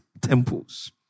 temples